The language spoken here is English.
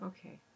Okay